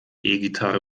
gitarre